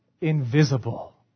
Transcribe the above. invisible